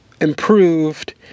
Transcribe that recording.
improved